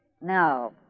No